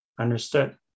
Understood